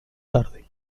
tarde